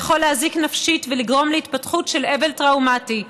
שיכול להזיק נפשית ולגרום להתפתחות של אבל טראומטי,